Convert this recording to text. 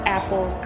Apple